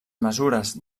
mesures